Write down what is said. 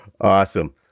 awesome